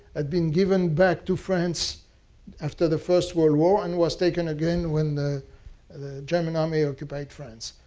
had been given back to france after the first world war and was taken again when the and the german army occupied france.